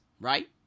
right